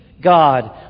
God